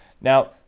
Now